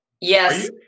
Yes